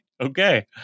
Okay